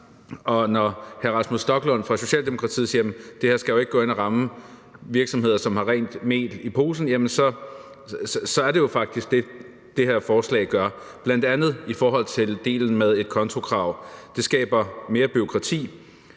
Når hr. Rasmus Stoklund fra Socialdemokratiet siger: Jamen det her skal jo ikke gå ind at ramme virksomheder, som har rent mel i posen – jamen så er det faktisk det, det her forslag gør, bl.a. i forhold til delen med et kontokrav – det skaber mere bureaukrati.